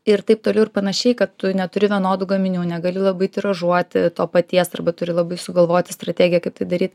ir taip toliau ir panašiai kad tu neturi vienodų gaminių negali labai tiražuoti to paties arba turi labai sugalvoti strategiją kaip tai daryt